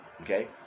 Okay